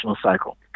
cycle